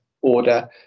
order